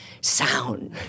sound